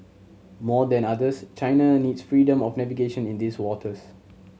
more than others China needs freedom of navigation in these waters